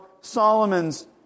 Solomon's